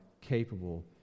capable